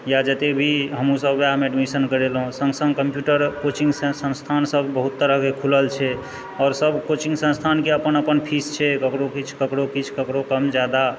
या जतय भी हमहूँसभ उएहमे एडमिशन करेलहुँ सङ्ग सङ्ग कम्प्यूटर कोचिंग संस्थानसभ बहुत तरहके खुलल छै आओर सभ कोचिंग संस्थानके अपन अपन फीस छै ककरो किछु ककरो किछु ककरो कम ज्यादा